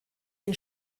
den